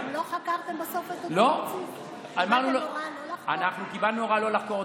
אתם לא חקרתם בסוף את, קיבלתם הוראה לא לחקור?